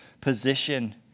position